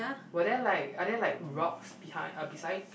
were there like are there like rocks behind uh beside